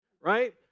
right